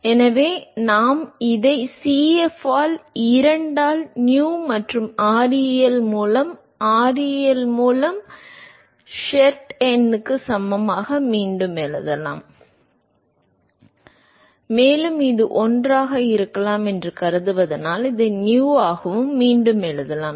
எனவே நாம் இதை Cf ஆல் 2 ஆல் Nu மற்றும் ReL மூலம் ReL மூலம் ஷெர்வுட் எண்ணுக்கு சமமாக மீண்டும் எழுதலாம் மேலும் இது 1 ஆக இருக்கலாம் என்று கருதுவதால் இதை Nu ஆகவும் மீண்டும் எழுதலாம்